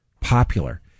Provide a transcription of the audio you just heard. popular